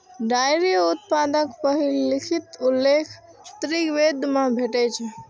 dairy उत्पादक पहिल लिखित उल्लेख ऋग्वेद मे भेटै छै